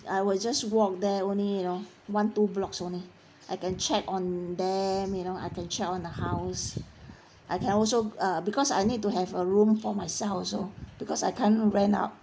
I will just walk there only you know one two blocks only I can check on them you know I can check on the house I can also uh because I need to have a room for myself also because I can't rent out